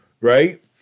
right